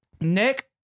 Nick